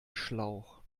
schlauch